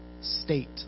state